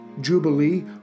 Jubilee